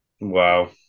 Wow